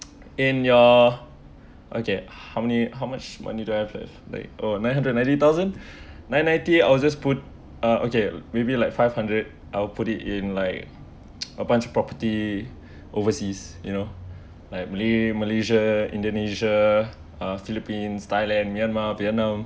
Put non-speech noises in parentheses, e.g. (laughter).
(noise) in your okay how many how much money do I have like oh nine hundred and ninety thousand nine ninety I will just put uh okay maybe like five hundred I'll put it in like (noise) a bunch property overseas you know like malay malaysia indonesia uh philippines thailand myanmar vietnam